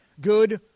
Good